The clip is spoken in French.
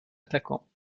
attaquant